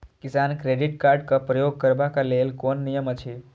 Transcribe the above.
किसान credit card क प्रयोग करबाक लेल कोन नियम अछि?